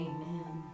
Amen